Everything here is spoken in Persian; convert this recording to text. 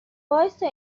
وایستا